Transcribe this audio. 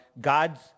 God's